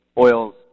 oil's